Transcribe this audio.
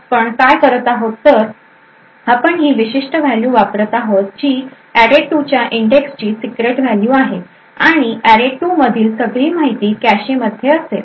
आपण काय करत आहोत तर आपण ही विशिष्ट व्हॅल्यू वापरत आहोत जी array 2 च्या इंडेक्स ची सिक्रेट व्हॅल्यू आहे आणि array 2 मधील सगळी माहिती कॅशे मध्ये असेल